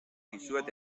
dizuet